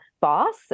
boss